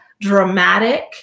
dramatic